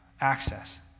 access